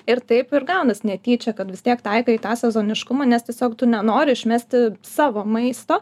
ir taip ir gaunas netyčia kad vis tiek taikai į tą sezoniškumą nes tiesiog tu nenori išmesti savo maisto